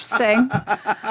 interesting